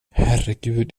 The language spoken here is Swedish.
herregud